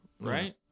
right